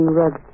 rug